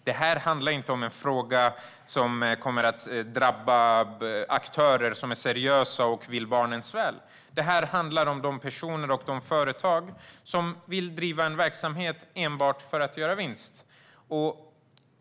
Det här kommer inte att drabba aktörer som är seriösa och vill barnens väl. Det handlar om de personer och de företag som vill driva en verksamhet enbart för att göra vinst.